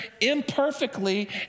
imperfectly